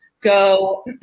go